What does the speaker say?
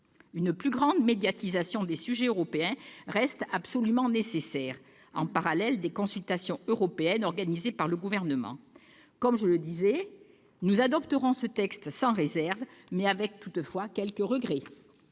Une plus grande médiatisation des sujets européens reste absolument nécessaire, en parallèle des consultations européennes organisées par le Gouvernement. Comme je le disais, nous adopterons ce texte sans réserve, mais avec quelques regrets